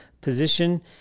position